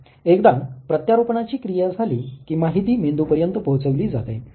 एकदा प्रत्यारोपणाची क्रिया झाली की माहिती मेंदूपर्यंत पोहचविली जाते